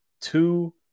Two